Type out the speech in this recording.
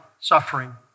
suffering